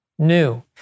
new